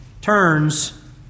turns